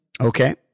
Okay